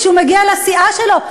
כשהוא מגיע לסיעה שלו,